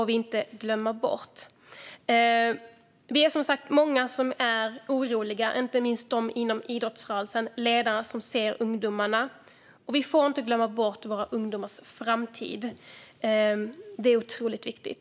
Vi är som sagt många som är oroliga, inte minst de ledare inom idrottsrörelsen som ser ungdomarna. Vi får inte glömma bort våra ungdomars framtid; det är otroligt viktigt.